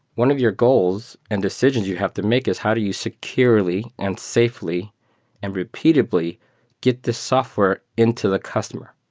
one of your goals and decisions you have to make is how do you securely and safely and repeatedly get this software into the customer?